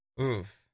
Oof